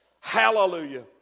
Hallelujah